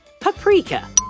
Paprika